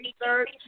research